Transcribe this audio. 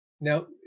Now